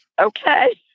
okay